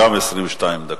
גם 22 דקות.